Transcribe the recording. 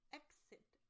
exit